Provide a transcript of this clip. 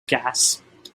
gasped